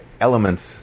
elements